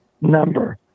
number